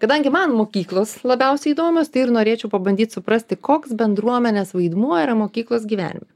kadangi man mokyklos labiausiai įdomios tai ir norėčiau pabandyt suprasti koks bendruomenės vaidmuo yra mokyklos gyvenime